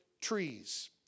trees